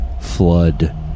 flood